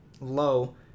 low